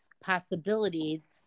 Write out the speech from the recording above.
possibilities